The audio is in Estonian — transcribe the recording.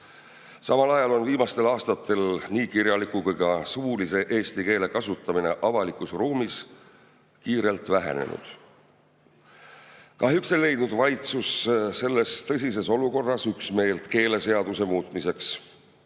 Samal ajal on viimastel aastatel nii kirjaliku kui ka suulise eesti keele kasutamine avalikus ruumis kiirelt vähenenud. Kahjuks ei leidnud valitsus selles tõsises olukorras üksmeelt keeleseaduse muutmiseks,